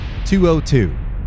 202